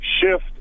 shift